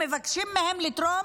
ומבקשים מהם לתרום